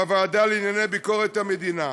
בוועדה לענייני ביקורת המדינה.